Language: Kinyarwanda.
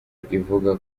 ivuga